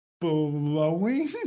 blowing